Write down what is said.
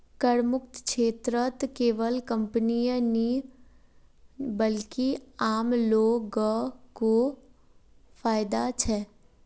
करमुक्त क्षेत्रत केवल कंपनीय नी बल्कि आम लो ग को फायदा छेक